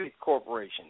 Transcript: corporation